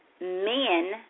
men